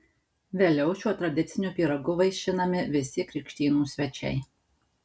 vėliau šiuo tradiciniu pyragu vaišinami visi krikštynų svečiai